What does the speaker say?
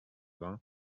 vingt